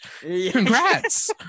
Congrats